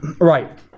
right